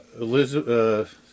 Elizabeth